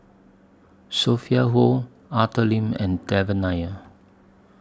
Sophia Hull Arthur Lim and Devan Nair